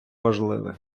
важливе